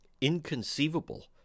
inconceivable